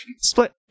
split